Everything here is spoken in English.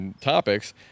topics